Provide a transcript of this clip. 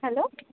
hello